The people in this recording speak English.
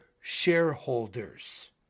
shareholders